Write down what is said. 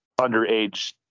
underage